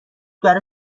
برا